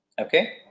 Okay